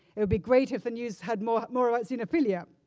it would be great if the news had more more about xenophilia.